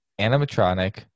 animatronic